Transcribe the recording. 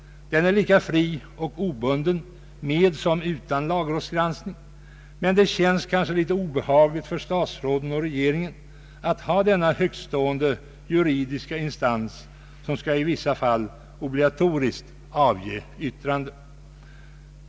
Den är lika fri och obunden med som utan lagrådsgranskning. Men det känns kanske en smula obehagligt för statsråden och regeringen att ha denna högt stående juridiska instans som i vissa fall obligatoriskt skall avge yttrande.